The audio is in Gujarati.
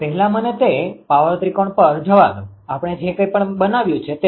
પહેલા મને તે પાવર ત્રિકોણ પર જવા દો આપણે જે કંઇપણ બનાવ્યું છે તે